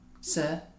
Sir